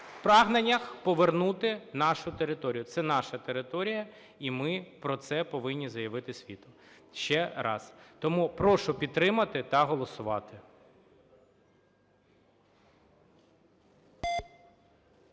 прагненнях повернути нашу територію. Це – наша територія, і ми про це повинні заявити світу ще раз. Тому прошу підтримати та голосувати.